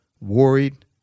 worried